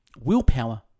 Willpower